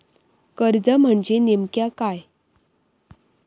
कर्ज म्हणजे नेमक्या काय?